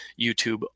YouTube